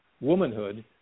womanhood